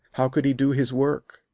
how could he do his work?